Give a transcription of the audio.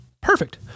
Perfect